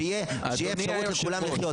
שתהיה אפשרות לכולם לחיות,